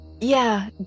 Yeah